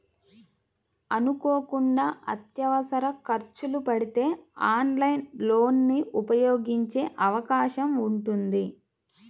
అనుకోకుండా అత్యవసర ఖర్చులు పడితే ఆన్లైన్ లోన్ ని ఉపయోగించే అవకాశం ఉంటుంది